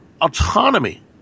autonomy